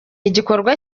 igikorwa